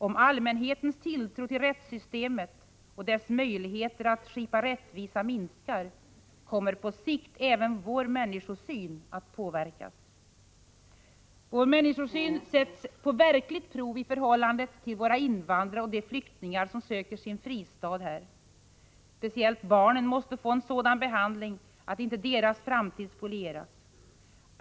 Om allmänhetens tilltro till rättssystemet och dess möjligheter att skipa rättvisa minskar, kommer på sikt även vår människosyn att påverkas. Vår människosyn sätts på verkligt prov i förhållandet till våra invandrare och de flyktingar som söker sin fristad här. Speciellt barnen måste få en sådan behandling att inte deras framtid spolieras.